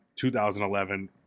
2011